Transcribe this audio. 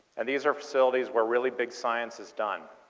and these are facilities where really big science is done.